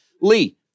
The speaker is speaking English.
Lee